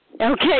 Okay